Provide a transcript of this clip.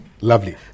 Lovely